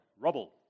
rubble